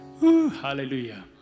Hallelujah